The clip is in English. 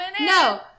No